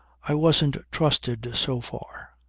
i wasn't trusted so far.